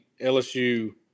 LSU